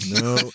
No